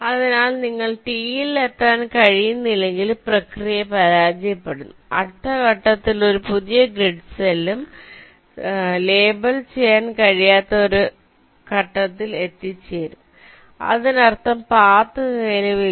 അതിനാൽ നിങ്ങൾക്ക് Tയിൽ എത്താൻ കഴിയുന്നില്ലെങ്കിൽ പ്രക്രിയ പരാജയപ്പെടും അടുത്ത ഘട്ടത്തിൽ ഒരു പുതിയ ഗ്രിഡ് സെല്ലും ലേബൽ ചെയ്യാൻ കഴിയാത്ത ഒരു ഘട്ടത്തിൽ എത്തിച്ചേരും അതിനർത്ഥം പാത്ത് നിലവിലില്ല